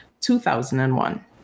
2001